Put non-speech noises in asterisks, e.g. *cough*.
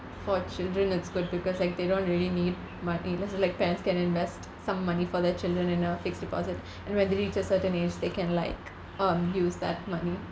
for children it's good because like they don't really need money just like parents can invest some money for their children in a fixed deposit *breath* and when they reach a certain age they can like um use that money